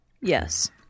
Yes